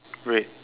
red